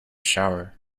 shower